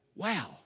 wow